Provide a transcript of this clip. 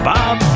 Bob